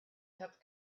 kept